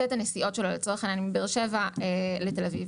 סט הנסיעות שלו לצורך העניין מבאר שבע לתל אביב,